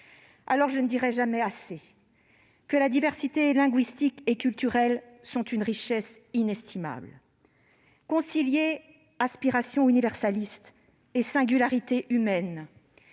Alors, je ne dirai jamais assez que la diversité linguistique et culturelle est une richesse inestimable. Concilier aspirations universalistes et singularités humaines,